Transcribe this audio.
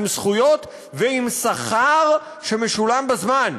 עם זכויות ועם שכר שמשולם בזמן,